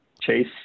Chase